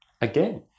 Again